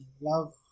love